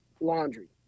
laundry